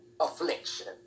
affliction